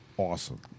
Awesome